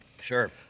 Sure